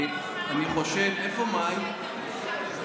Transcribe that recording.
שומעת?